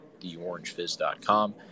TheOrangeFizz.com